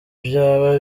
vyaba